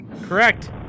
Correct